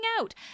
out